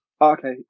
okay